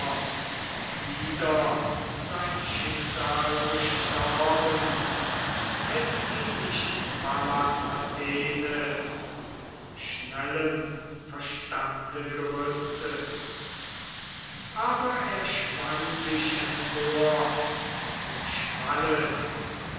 auch wider sein schicksal gestorben hätt ihn nicht pallas athene mit schnellem verstande gerüstet aber er schwang sich empor aus dem schwalle